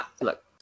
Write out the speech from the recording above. Look